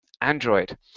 Android